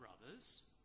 brothers